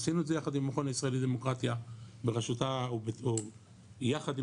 עשינו את זה יחד עם המכון הישראלי לדמוקרטיה יחד עם